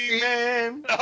Man